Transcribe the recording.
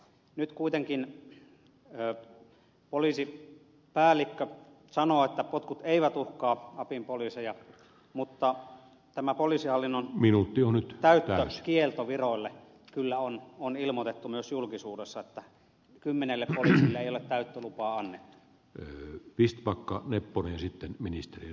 nyt kuitenkin poliisipäällikkö sanoo että potkut eivät uhkaa lapin poliiseja mutta tämä poliisihallinnon täyttökielto viroille kyllä on ilmoitettu myös julkisuudessa että kymmenelle poliisin viralle ei ole täyttölupaa annettu